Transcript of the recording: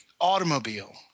automobile